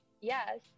Yes